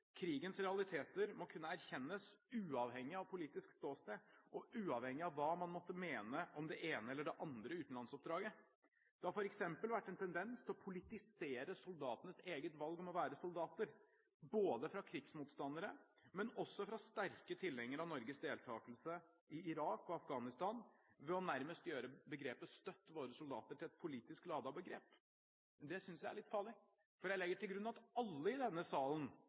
Krigens realiteter må kunne erkjennes uavhengig av politisk ståsted, og uavhengig av hva man måtte mene om det ene eller det andre utenlandsoppdraget. Det har f.eks. vært en tendens til å politisere soldatenes egne valg om å være soldater, både fra krigsmotstandere og fra sterke tilhengere av Norges deltakelse i Irak og Afghanistan, ved nærmest å gjøre begrepet «støtt våre soldater» til et politisk ladet begrep. Det synes jeg er litt farlig, for jeg legger til grunn at alle i denne salen